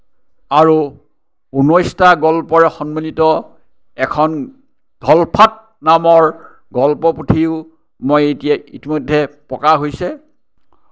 আৰু ঊনৈশটা গল্পৰে সন্মিলিত এখন ধলফাট নামৰ গল্পপুথিও মই এতিয়া ইতিমধ্যে প্ৰকাশ হৈছে